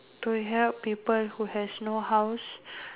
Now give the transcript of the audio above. to help people who has no house